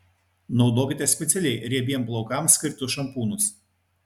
naudokite specialiai riebiems plaukams skirtus šampūnus